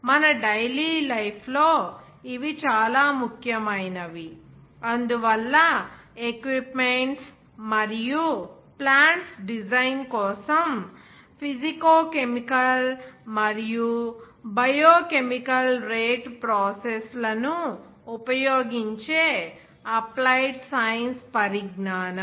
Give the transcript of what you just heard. మన daily life లో ఇవి చాలా ముఖ్యమైనవి అందువల్ల ఎక్విప్మెంట్స్ మరియు ప్లాంట్స్ డిజైన్ కోసం ఫీసికో కెమికల్ మరియు బయోకెమికల్ రేటు ప్రాసెస్ లను ఉపయోగించే అప్లైడ్ సైన్సెస్ పరిజ్ఞానం